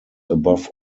above